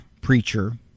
preacher